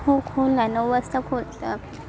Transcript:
हो खोलणार नऊ वाजता खोलतो